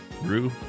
Rue